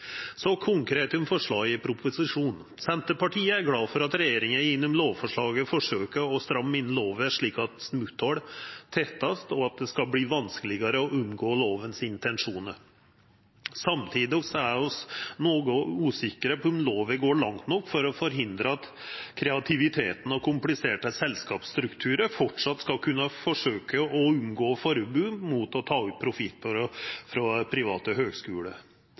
Så konkret til forslaga i proposisjonen: Senterpartiet er glad for at regjeringa gjennom lovforslaget forsøkjer å stramma inn lova, slik at smotthol vert tetta, og at det skal verta vanskelegare å omgå intensjonane i lova. Samtidig er vi noko usikre på om lova går langt nok for å forhindra at kreativiteten og kompliserte selskapsstrukturar framleis skal kunna forsøkja å omgå forbodet mot å ta ut profitt frå private